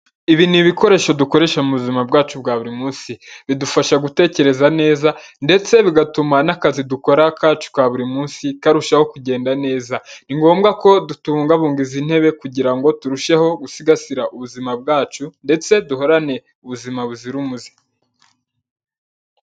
Ibi ni ibikoresho dukoresha mu buzima bwacu bwa buri munsi bidufasha gutekereza neza ndetse bigatuma n'akazi dukora kacu ka buri munsi karushaho kugenda neza, ni ngombwa ko tubungabunga izi ntebe kugira ngo turusheho gusigasira ubuzima bwacu ndetse duhorane ubuzima buzira umuze.